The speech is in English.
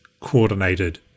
coordinated